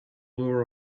law